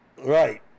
right